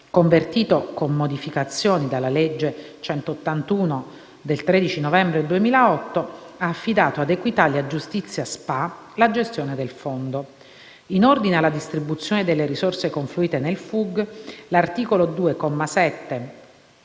convertito con modificazioni dalla legge n. 181 del 13 novembre 2008, ha affidato ad Equitalia Giustizia SpA la gestione del Fondo. In ordine alla distribuzione delle risorse confluite nel FUG, l'articolo 2,